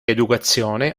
educazione